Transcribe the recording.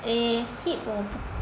eh hip 我不